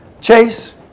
Chase